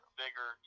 bigger